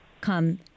come